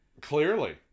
clearly